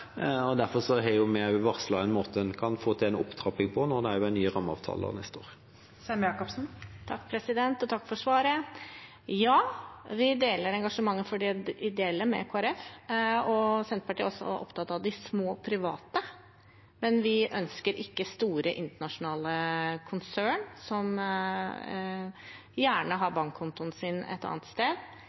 og derfor har vi også varslet en måte man kan få til en opptrapping på når det blir nye rammeavtaler neste år. Takk for svaret. Ja, vi deler engasjementet for de ideelle med Kristelig Folkeparti, og Senterpartiet er også opptatt av de små private. Men vi ønsker ikke store internasjonale konserner som gjerne har bankkontoen sin et annet sted,